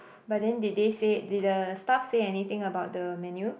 but then did they say did the staff say anything about the menu